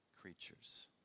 creatures